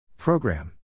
Program